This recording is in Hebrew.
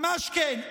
ממש כן, ממש כן.